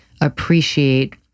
appreciate